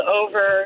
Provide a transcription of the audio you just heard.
over